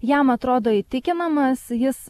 jam atrodo įtikinamas jis